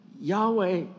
Yahweh